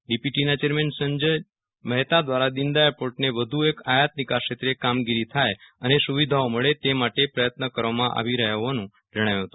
ડીપીટીના chairman Sanjay Mehta દ્વારા દીન દયાળ પોર્ટને વધુને વધુ આયાત નિકાસ ક્ષેત્રે કામગીરી થાય અને સુવિધાઓ મળે તે માટે પ્રયત્ન કરવામાં આવી રહ્યા છે